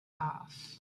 off